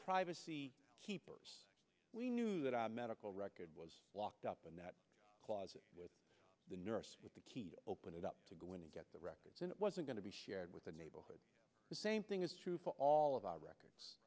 private keepers we knew that our medical record was locked up and that causes the nurse with the key to open it up to go in and get the records and it wasn't going to be shared with the neighborhood the same thing is true for all of our records